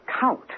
count